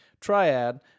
triad